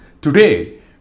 Today